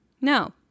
No